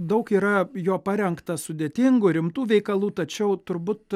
daug yra jo parengta sudėtingų rimtų veikalų tačiau turbūt